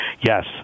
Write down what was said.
yes